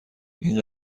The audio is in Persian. این